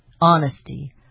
Honesty